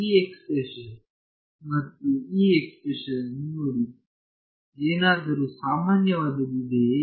ಈ ಎಕ್ಸ್ಪ್ರೆಶನ್ ಮತ್ತು ಈ ಎಕ್ಸ್ಪ್ರೆಶನ್ಯನ್ನು ನೋಡಿ ಏನಾದರೂ ಸಾಮಾನ್ಯವಾದದ್ದು ಇದೆಯೇ